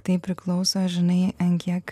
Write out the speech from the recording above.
tai priklauso žinai an kiek